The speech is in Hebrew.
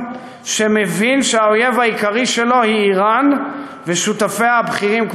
שמבין שהאויב העיקרי שלו זה איראן ושותפיה הבכירים,